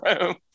room